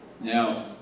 Now